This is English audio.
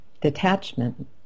detachment